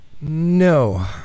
No